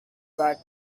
back